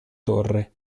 torre